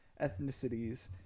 ethnicities